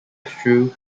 through